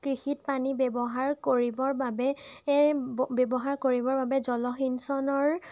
কৃষিত পানী ব্যৱহাৰ কৰিবৰ বাবে এ ব্যৱহাৰ কৰিবৰ বাবে জলসিঞ্চনৰ